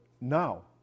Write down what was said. now